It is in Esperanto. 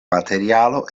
materialo